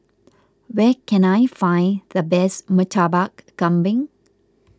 where can I find the best Murtabak Kambing